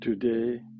Today